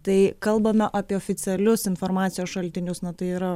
tai kalbame apie oficialius informacijos šaltinius na tai yra